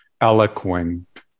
eloquent